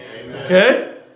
Okay